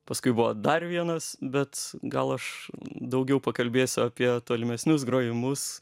paskui buvo dar vienas bet gal aš daugiau pakalbėsiu apie tolimesnius grojimus